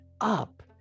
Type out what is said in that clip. up